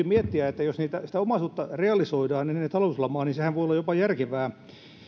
miettiä että jos sitä omaisuutta realisoidaan ennen talouslamaa sehän voi olla jopa järkevää